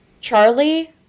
charlie